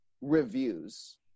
reviews